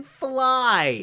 fly